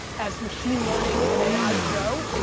as machine learning and ai grow,